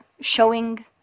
showing